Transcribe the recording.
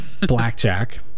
blackjack